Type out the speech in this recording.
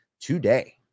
today